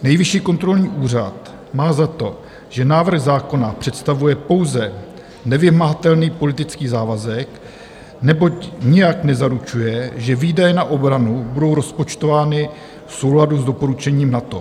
Nejvyšší kontrolní úřad má za to, že návrh zákona představuje pouze nevymahatelný politický závazek, neboť nijak nezaručuje, že výdaje na obranu budou rozpočtovány v souladu s doporučením NATO.